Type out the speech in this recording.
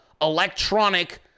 electronic